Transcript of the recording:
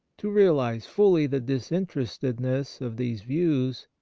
to realize fully the disinterestedness of these views,